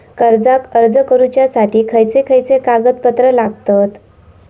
कर्जाक अर्ज करुच्यासाठी खयचे खयचे कागदपत्र लागतत